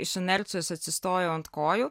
iš inercijos atsistojau ant kojų